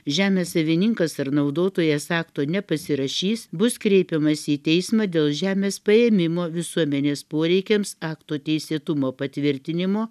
žemės savininkas ar naudotojas akto nepasirašys bus kreipiamasi į teismą dėl žemės paėmimo visuomenės poreikiams akto teisėtumo patvirtinimo